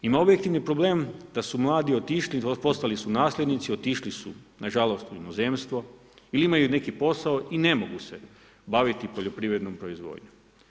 Ima objektivni problem da su mladi otišli, postali su nasljednici, otišli su na žalost u inozemstvo ili imaju neki posao i ne mogu se baviti poljoprivrednom proizvodnjom.